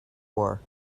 war